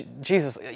Jesus